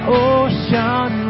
ocean